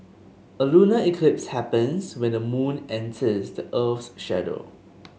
a lunar eclipse happens when the moon enters the earth's shadow